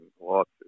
lawsuits